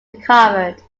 recovered